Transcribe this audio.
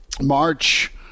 March